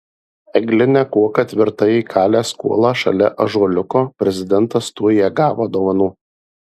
egline kuoka tvirtai įkalęs kuolą šalia ąžuoliuko prezidentas tuoj ją gavo dovanų